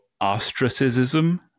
ostracism